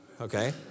Okay